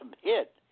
hit